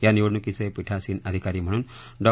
या निवडणुकीचपिठासिन अधिकारी म्हणून डॉ